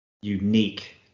unique